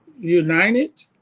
united